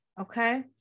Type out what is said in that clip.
Okay